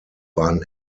waren